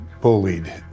bullied